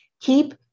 keep